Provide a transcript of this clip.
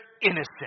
innocent